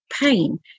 pain